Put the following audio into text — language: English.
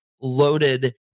loaded